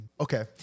Okay